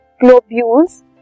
globules